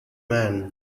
man